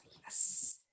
Yes